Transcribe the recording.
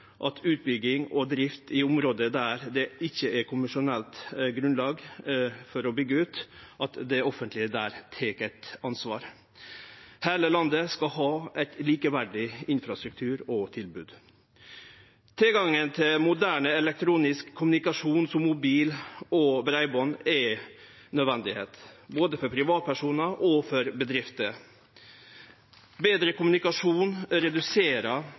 for utbygging og drift i område der det ikkje er kommersielt grunnlag for å byggje ut. Der tek det offentlege eit ansvar. Heile landet skal ha ein likeverdig infrastruktur og tilbod. Tilgangen til moderne elektronisk kommunikasjon som mobil og breiband er nødvendig, både for privatpersonar og for bedrifter. Betre kommunikasjon